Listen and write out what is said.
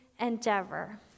endeavor